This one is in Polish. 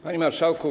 Panie Marszałku!